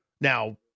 Now